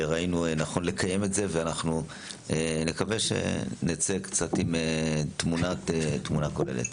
נקווה שנצא קצת עם תמונה כוללת.